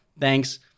thanks